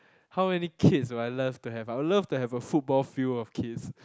how many kids would I love to have I would love to have a football field of kids